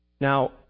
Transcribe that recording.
Now